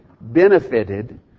benefited